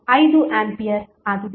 5 ampere ಆಗಿದೆ